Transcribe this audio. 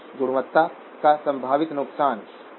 गुणवत्ता का संभावित नुकसान ठीक है